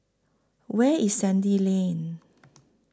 Where IS Sandy Lane